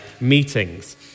meetings